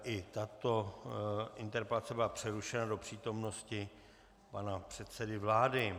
I tato interpelace byla přerušena do přítomnosti pana předsedy vlády.